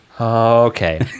Okay